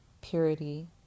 Purity